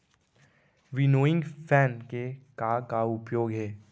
Winnowing fan के का का उपयोग हे?